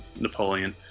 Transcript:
Napoleon